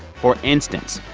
for instance,